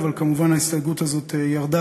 אבל כמובן ההסתייגות הזאת ירדה,